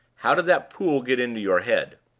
how did that pool get into your head?